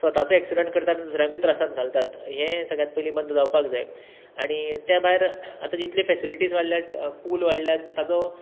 स्वताचो एक्सिडंट करतात आन दुसऱ्यांकूय त्रासान घालतात हें सगळ्यात पयली बंद जावपाक जाय आनी त्या भायर आतां जितले फॅसिलिटीज वाडल्यात पूल वाडल्यात ताजो